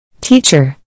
Teacher